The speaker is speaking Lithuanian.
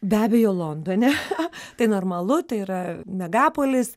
be abejo londone tai normalu tai yra megapolis